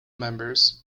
members